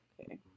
Okay